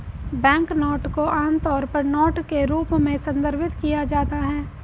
banknote को आमतौर पर नोट के रूप में संदर्भित किया जाता है